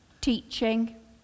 teaching